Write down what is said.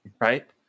Right